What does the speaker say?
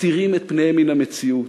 מסתירים את פניהם מן המציאות.